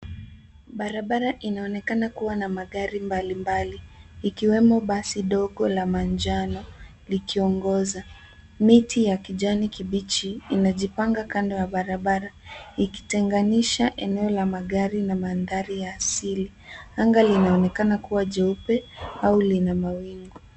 Barabara inaonekana kuwa na magari mbalimbali ikiwemo basi dogo la manjano likiongoza. Neti ya kijani kibichi inajipanga kando ya barabara ikitenganisha eneo la magari na mandhari ya asili. Anga linaonekana kuwa jeupe au lina mawingu.